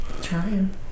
Trying